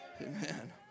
Amen